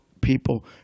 people